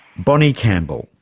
bonnie campbell,